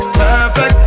perfect